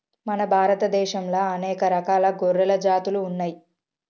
మన భారత దేశంలా అనేక రకాల గొర్రెల జాతులు ఉన్నయ్యి